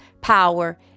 power